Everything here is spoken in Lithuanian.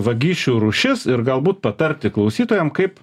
vagysčių rūšis ir galbūt patarti klausytojam kaip